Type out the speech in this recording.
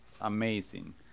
Amazing